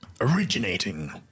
originating